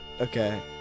Okay